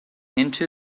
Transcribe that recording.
into